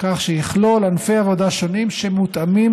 כך שיכלול ענפי עבודה שונים שמותאמים